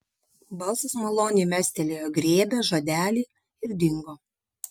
balsas maloniai mestelėjo grėbią žodelį ir dingo